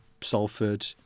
salford